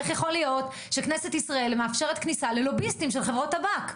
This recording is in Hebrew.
איך יכול להיות שכנסת ישראל מאפשרת כניסה ללוביסטים של חברות טבק?